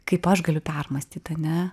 kaip aš galiu permąstyt ane